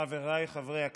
חבריי חברי הכנסת,